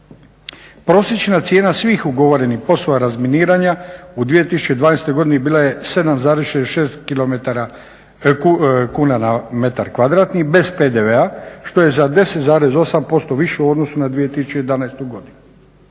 Prosječna cijena svih ugovorenih poslova razminiranja u 2020. godini bila je 7,66 kuna na metar kvadratni bez PDV-a što je za 10,8% više u odnosu na 2011. godinu.